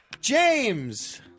James